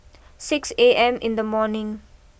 six A M in the morning